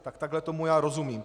Tak takhle tomu já rozumím.